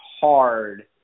hard